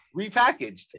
Repackaged